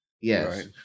Yes